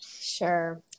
Sure